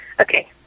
Okay